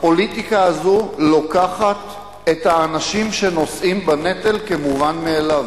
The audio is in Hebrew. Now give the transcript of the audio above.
הפוליטיקה הזאת לוקחת את האנשים שנושאים בנטל כמובן מאליו,